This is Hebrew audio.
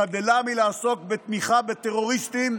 חדלה מלעסוק בתמיכה בטרוריסטים,